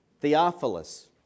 Theophilus